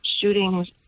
shootings